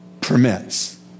permits